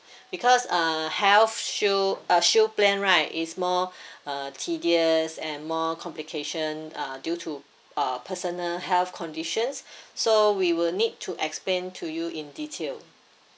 because uh health shield uh shield plan right is more uh tedious and more complication uh due to uh personal health conditions so we will need to explain to you in detail